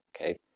Okay